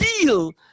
deal